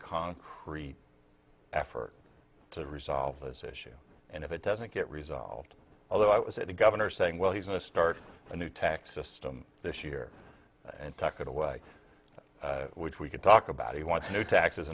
concrete effort to resolve this issue and if it doesn't get resolved although i was at the governor saying well he's going to start a new tax system this year and tuck it away which we could talk about he wants new taxes